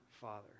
Father